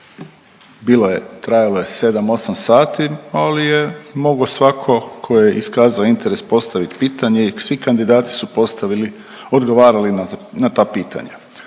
Bilo je, trajalo je 7-8 sati, ali je mogo svako ko je iskazao interes postavit pitanje i svi kandidati su postavili, odgovarali na ta pitanja.